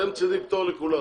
אתם צריכים פטור לכולם,